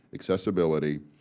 accessibility,